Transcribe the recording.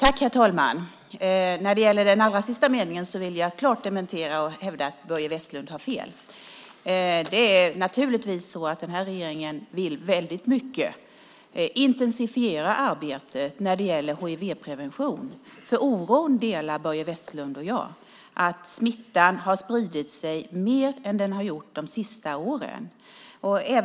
Herr talman! Jag dementerar bestämt det sista Börje Vestlund sade och hävdar att han har fel. Naturligtvis vill den här regeringen väldigt mycket. Vi ska intensifiera arbetet med hivprevention. Oron delar Börje Vestlund och jag. Smittan har spridit sig mer än den har gjort de senaste åren.